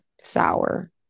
sour